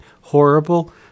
horrible